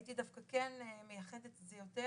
הייתי דווקא כן מייחדת את זה יותר